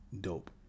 dope